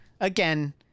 again